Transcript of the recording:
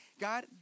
God